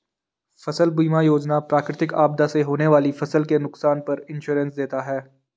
फसल बीमा योजना प्राकृतिक आपदा से होने वाली फसल के नुकसान पर इंश्योरेंस देता है